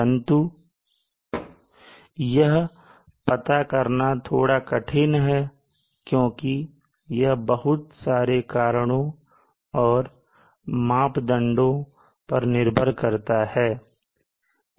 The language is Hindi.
परंतु यह पता करना थोड़ा कठिन है क्योंकि यह बहुत सारे कारणों और मापदंडों पर निर्भर करता है